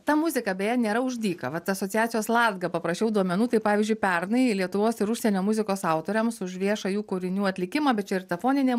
ta muzika beje nėra už dyką vat asociacijos latga paprašiau duomenų tai pavyzdžiui pernai lietuvos ir užsienio muzikos autoriams už viešą jų kūrinių atlikimą bet čia ir ta foninė